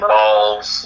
Balls